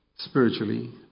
Spiritually